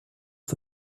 des